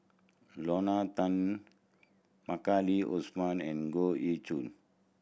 Lorna Tan Maliki Osman and Goh Ee Choo